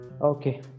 Okay